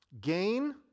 gain